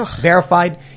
verified